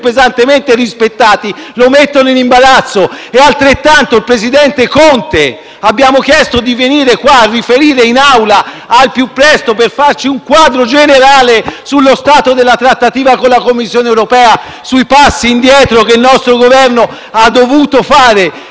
pesantemente rispettati, lo mettono in imbarazzo. Altrettanto si può dire del presidente Conte: abbiamo chiesto che venisse a riferire in Assemblea al più presto per farci un quadro generale sullo stato della trattativa con la Commissione europea, sui passi indietro che il nostro Governo ha dovuto fare.